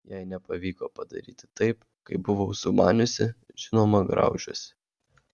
jei nepavyko padaryti taip kaip buvau sumaniusi žinoma graužiuosi